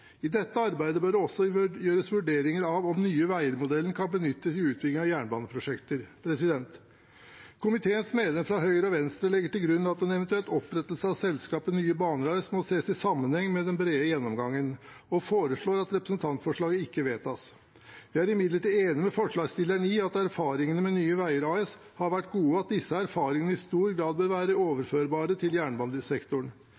I dette arbeidet bør det også gjøres vurderinger av om Nye Veier-modellen kan benyttes i utbygging av jernbaneprosjekter. Komiteens medlemmer fra Høyre og Venstre legger til grunn at en eventuell opprettelse av selskapet Nye Baner AS må ses i sammenheng med den brede gjennomgangen, og foreslår at representantforslaget ikke vedtas. Vi er imidlertid enig med forslagsstillerne i at erfaringene med Nye Veier AS har vært gode, og at disse erfaringene i stor grad bør være